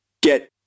get